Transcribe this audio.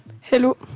Hello